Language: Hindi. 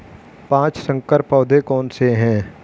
पाँच संकर पौधे कौन से हैं?